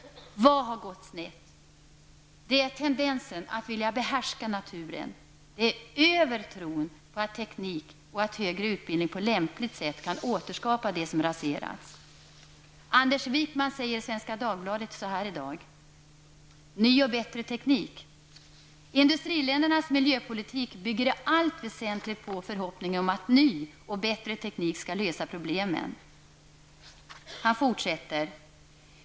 Vad har gått snett? Det är tendensen att vilja behärska naturen. Det är övertron på att teknik och högre utbildning på lämpligt sätt kan återskapa det som raserats. Anders Wijkman säger så här i Svenska Dagbladet i dag: ''Industriländernas miljöpolitik bygger i allt väsentligt på förhoppningen om att ny och bättre teknik skall lösa problemen.